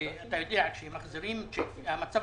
כשמוחזרים צ'קים החשבון